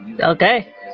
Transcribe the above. Okay